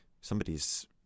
Somebody's